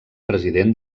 president